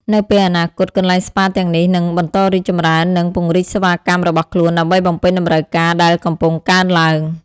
នៅពេលអនាគត កន្លែងស្ប៉ាទាំងនេះនឹងបន្តរីកចម្រើននិងពង្រីកសេវាកម្មរបស់ខ្លួនដើម្បីបំពេញតម្រូវការដែលកំពុងកើនឡើង។